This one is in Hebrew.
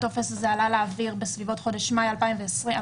הטופס הזה עלה לאוויר בסביבות חודש מאי 2021,